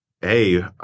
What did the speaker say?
hey